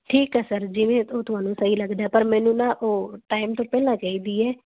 ਠੀਕ ਹੈ ਸਰ ਜਿਵੇਂ ਉਹ ਤੁਹਾਨੂੰ ਸਹੀ ਲੱਗਦਾ ਪਰ ਮੈਨੂੰ ਨਾ ਉਹ ਟਾਈਮ ਤੋਂ ਪਹਿਲਾਂ ਚਾਹੀਦੀ ਹੈ